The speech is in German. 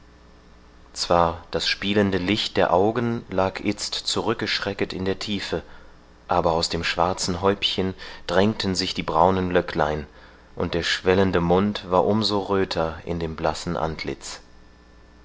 zwar das spielende licht der augen lag itzt zurückgeschrecket in der tiefe aber aus dem schwarzen häubchen drängten sich die braunen löcklein und der schwellende mund war um so röther in dem blassen antlitz